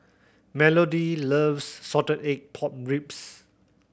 Melodee loves salted egg pork ribs